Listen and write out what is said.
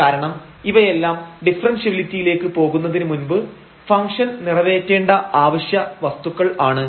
കാരണം ഇവയെല്ലാം ഡിഫറെൻഷ്യബിലിറ്റിയിലേക്ക് പോകുന്നതിന് മുൻപ് ഫംഗ്ഷൻനിറവേറ്റേണ്ട അവശ്യവസ്തുക്കൾ ആണ്